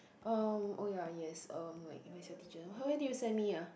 um oh ya yes um wait let me set teacher when did you send me ah